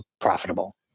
profitable